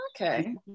Okay